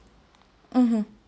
mmhmm